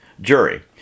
jury